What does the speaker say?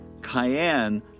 cayenne